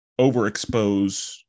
overexpose